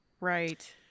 Right